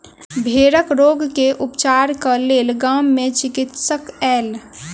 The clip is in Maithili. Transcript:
भेड़क रोग के उपचारक लेल गाम मे चिकित्सक आयल